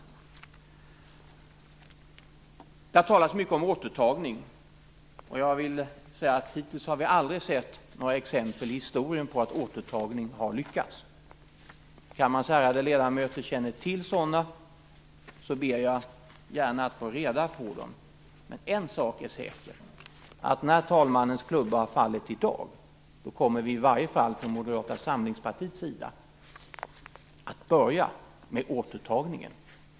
Det har talats mycket om återtagning. Hittills har vi aldrig sett några exempel i historien på att återtagning har lyckats. Om kammarens ärade ledamöter känner till några sådan ber jag att få reda på dem. Men en sak är säker, när talmannens klubba har fallit i dag kommer i alla fall Moderata samlingspartiet att börja med återtagningen.